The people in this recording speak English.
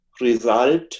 result